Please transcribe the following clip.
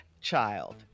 child